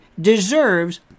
deserves